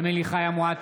אמילי חיה מואטי,